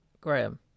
Graham